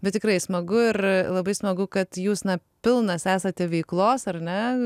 bet tikrai smagu ir labai smagu kad jūs na pilnas esate veiklos ar ne